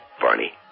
Barney